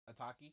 Ataki